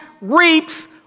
reaps